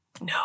No